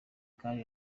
kandi